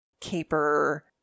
caper